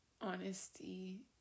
honesty